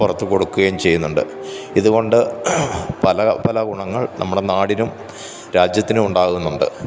പുറത്ത് കൊടുക്കേം ചെയ്യുന്നുണ്ട് ഇത് കൊണ്ട് പല പല ഗുണങ്ങള് നമ്മുടെ നാടിനും രാജ്യത്തിനും ഉണ്ടാകുന്നുണ്ട്